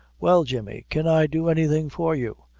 well, jemmy, can i do any thing for you?